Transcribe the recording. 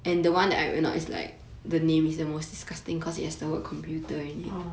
orh